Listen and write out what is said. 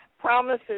Promises